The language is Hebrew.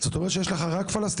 זאת אומרת שיש לך רק פלסטינים?